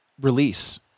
release